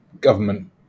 government